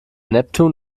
neptun